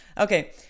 Okay